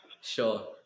sure